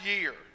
year